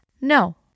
no